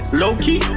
low-key